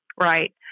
Right